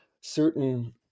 certain